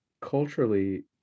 culturally